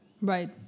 Right